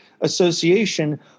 association